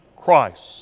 Christ